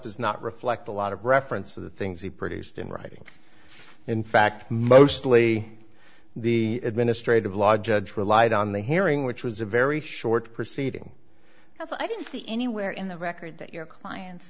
does not reflect a lot of reference to the things he produced in writing in fact mostly the administrative law judge relied on the hearing which was a very short proceeding as i didn't see anywhere in the record that your client